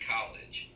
College